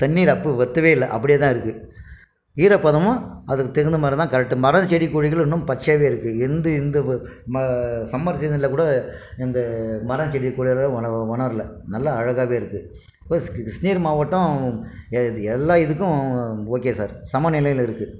தண்ணீர் அப்போது வற்றவே இல்லை அப்படியே தான் இருக்குது ஈரப்பதமும் அதுக்கு தகுந்த மாதிரி தான் கரெக்ட் மரம் செடி கொடிகள் இன்னும் பச்சையாகவேருக்கு எந்த இந்த சம்மர் சீசனில் கூட இந்த மரம் செடி கொடி அது உலரல நல்ல அழகாவேயிருக்கு இப்போ கிருஷ்ணகிரி மாவட்டம் எல்லா இதுக்கும் ஓகே சார் சமநிலையில் இருக்குது